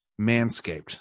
Manscaped